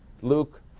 Luke